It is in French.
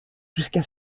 jusqu’à